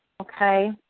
Okay